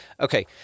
Okay